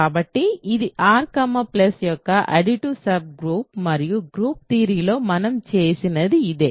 కాబట్టి ఇది R యొక్క అడిటివ్ సబ్ గ్రూప్ మరియు గ్రూప్ థియరీ లో మనం చేసినది ఇదే